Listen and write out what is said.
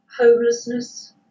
homelessness